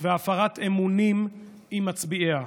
והפרת אמונים עם מצביעיה.